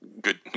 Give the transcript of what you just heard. good